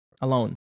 alone